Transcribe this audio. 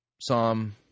psalm